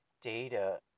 data